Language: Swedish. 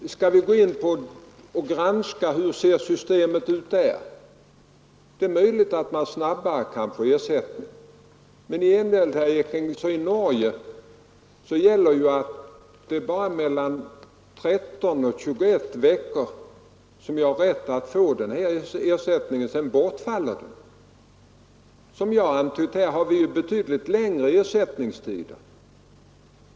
Om vi granskar det system som tillämpas i Norge finner vi kanske att man snabbare kan få ersättning där. Men i gengäld får man, herr Ekinge, inte ersättning i mer än 13 till 21 veckor — sedan bortfaller ersättningen. Som jag antytt utgår ersättningen under längre tid här i Sverige.